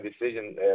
decision